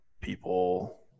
people